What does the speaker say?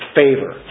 favor